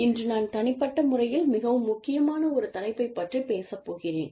இன்று நான் தனிப்பட்ட முறையில் மிகவும் முக்கியமான ஒரு தலைப்பைப் பற்றிப் பேசப்போகிறேன்